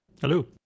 Hello